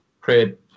create